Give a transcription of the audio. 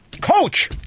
Coach